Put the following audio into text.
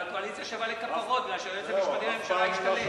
אבל הקואליציה שווה לכפרות מפני שהיועץ המשפטי לממשלה השתלט.